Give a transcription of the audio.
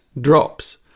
drops